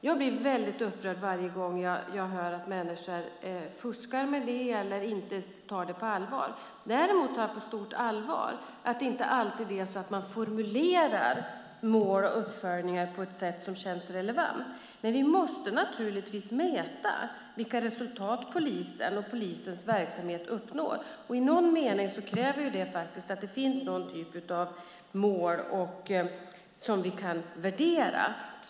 Jag blir upprörd varje gång jag hör att människor fuskar med det eller inte tar det på allvar. Däremot tar jag på stort allvar att man inte alltid formulerar mål och uppföljningar som känns relevant. Men vi måste mäta vilka resultat polisen och polisens verksamhet uppnår. I någon mening kräver det att det finns någon typ av mål som vi kan värdera.